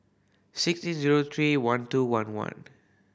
six eight zero three one two one one